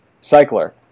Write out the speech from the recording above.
cycler